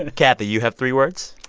and kathy, you have three words?